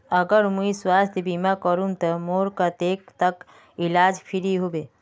अगर मुई स्वास्थ्य बीमा करूम ते मोर कतेक तक इलाज फ्री होबे?